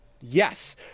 Yes